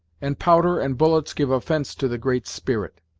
and powder and bullets give offence to the great spirit.